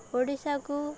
ଓଡ଼ିଶାକୁ